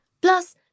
Plus